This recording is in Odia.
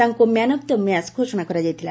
ତାଙ୍କ ମ୍ୟାନ୍ ଅଫ୍ ଦି ମ୍ୟାଚ୍ ଘୋଷଣା କରାଯାଇଥିଲା